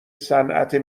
صنعت